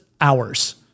hours